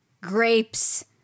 grapes